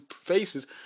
faces